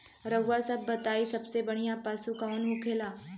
रउआ सभ बताई सबसे बढ़ियां पशु कवन होखेला?